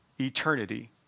eternity